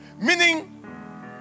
Meaning